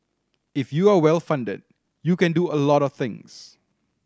if you are well funded you can do a lot of things